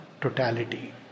totality